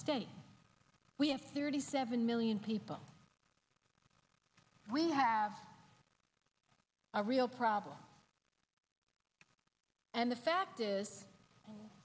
state we have thirty seven million people we have a real problem and the fact is